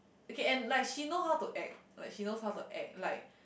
okay and like she know how to act like she knows how to act like